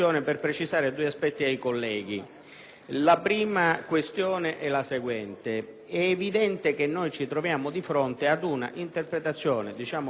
La prima questione è la seguente: è evidente che ci troviamo di fronte ad un'interpretazione costituzionalmente orientata